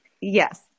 yes